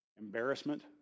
embarrassment